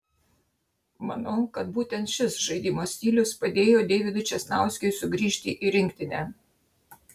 manau kad būtent šis žaidimo stilius padėjo deividui česnauskiui sugrįžti į rinktinę